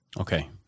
Okay